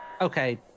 Okay